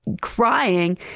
crying